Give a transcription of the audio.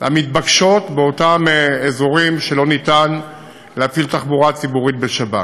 המתבקשות באותם אזורים שאי-אפשר להפעיל תחבורה ציבורית בשבת.